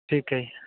ਠੀਕ ਹੈ ਜੀ